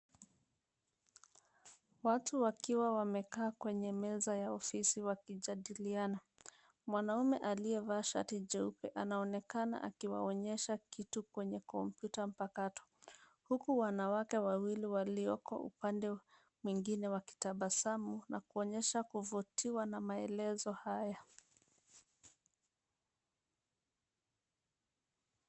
Watu wakiwa wamekaa kwenye meza ya ofisi wakijadiliana . Mwanaume aliyevaa shati jeupe anaonekana akiwaonyesha kitu kwenye kompyuta mpakato, huku wanawake wawili walioko upande mwingine wakitabasamu na kuonyesha kuvutiwa na maelezo haya.